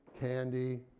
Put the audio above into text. candy